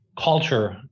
culture